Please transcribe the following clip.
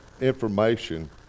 information